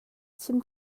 chim